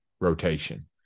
rotation